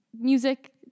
music